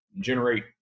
generate